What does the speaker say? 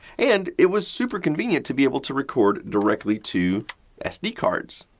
and, it was super convenient to be able to record directly to sd cards.